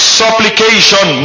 supplication